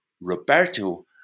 roberto